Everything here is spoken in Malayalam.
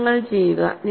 ഇത് നിങ്ങൾ ചെയ്യുക